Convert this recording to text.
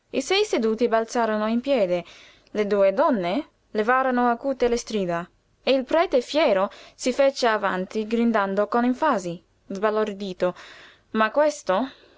i sei seduti balzarono in piedi le due donne levarono acute le strida e il prete fiero si fece avanti gridando con enfasi sbalordito ma questo